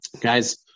guys